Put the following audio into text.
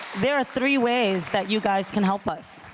there are three ways that you guys can help us.